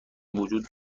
وجود